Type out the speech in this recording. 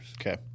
Okay